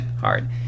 Hard